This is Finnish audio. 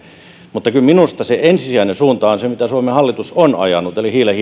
mutta kyllä minusta se ensisijainen suunta on se mitä suomen hallitus on ajanut eli hiilen